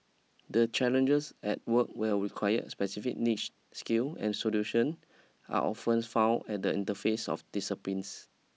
the challenges at work will require specific niche skill and solution are often found at the interface of disciplines